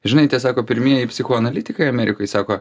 žinai tie sako pirmieji psichoanalitikai amerikoj sako